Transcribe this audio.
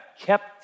kept